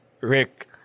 Rick